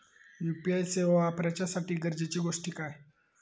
UPI सेवा वापराच्यासाठी गरजेचे गोष्टी काय?